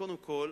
קודם כול,